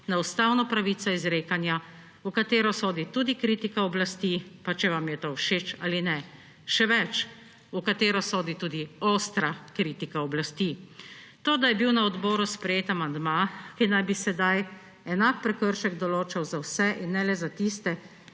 na ustavno pravico izrekanja, v katero sodi tudi kritika oblasti, pa če vam je to všeč ali ne; še več, v katero sodi tudi ostra kritika oblasti. To, da je bil na odboru sprejet amandma, ki naj bi sedaj enak prekršek določal za vse in ne le za tiste,